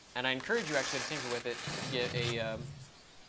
and i encourage you actually to tinker with it just to get a